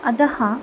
अतः